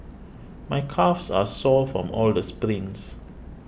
my calves are sore from all the sprints